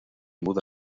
muda